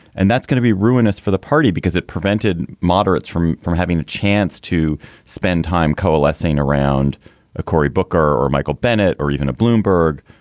and that's going to be ruinous for the party because it prevented moderates from from having a chance to spend time coalescing around a cory booker or michael bennet or even a bloomberg.